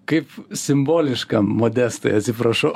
kaip simboliška modestai atsiprašau